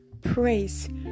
praise